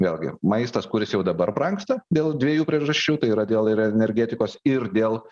vėlgi maistas kuris jau dabar brangsta dėl dviejų priežasčių tai yra dėl ir energetikos ir dėl